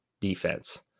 defense